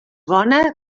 bona